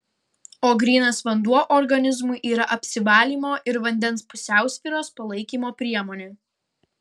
o grynas vanduo organizmui yra apsivalymo ir vandens pusiausvyros palaikymo priemonė